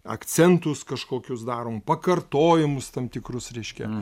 akcentus kažkokius darom pakartojimus tam tikrus reiškia